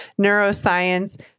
neuroscience